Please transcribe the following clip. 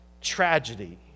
tragedy